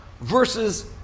versus